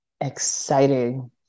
Exciting